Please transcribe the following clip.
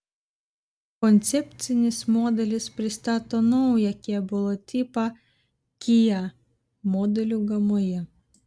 koncepcinis modelis pristato naują kėbulo tipą kia modelių gamoje